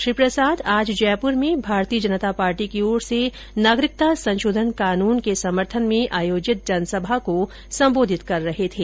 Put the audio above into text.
श्री प्रसाद आज जयपुर में भारतीय जनता पार्टी की ओर से नागरिकता संशोधन कानून के समर्थन में आयोजित जनसभा को संबोधित कर रहे थे